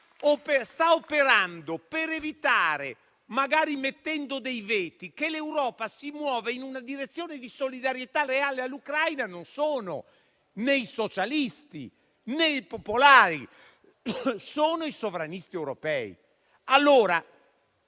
sta operando per evitare, magari mettendo dei veti, che l'Europa si muova in una direzione di solidarietà reale all'Ucraina, questi non sono né i socialisti né i popolari: sono i sovranisti europei.